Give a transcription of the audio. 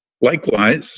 Likewise